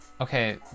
Okay